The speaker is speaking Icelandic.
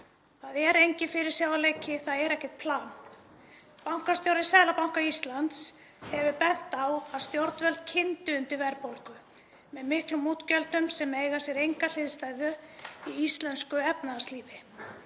Það er enginn fyrirsjáanleiki. Það er ekkert plan. Bankastjóri Seðlabanka Íslands hefur bent á að stjórnvöld kyndi undir verðbólgu með miklum útgjöldum sem eiga sér enga hliðstæðu í íslensku efnahagslífi.